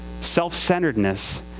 Self-centeredness